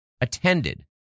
attended